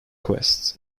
quests